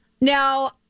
now